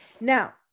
now